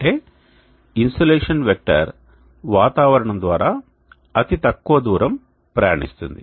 అంటే insolation vector వాతావరణం ద్వారా అతి తక్కువ దూరం ప్రయాణిస్తుంది